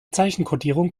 zeichenkodierung